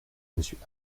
monsieur